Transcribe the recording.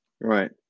Right